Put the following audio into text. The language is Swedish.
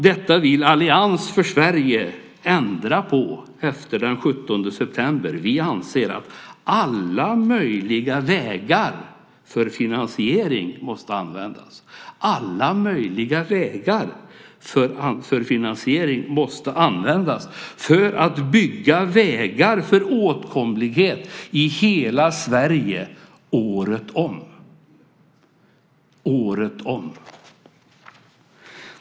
Detta vill Allians för Sverige ändra på efter den 17 september. Vi anser att alla möjliga vägar för finansiering måste användas för att bygga vägar för åtkomlighet i hela Sverige året om - året om.